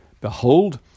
Behold